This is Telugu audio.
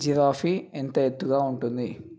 జిరాఫీ ఎంత ఎత్తుగా ఉంటుంది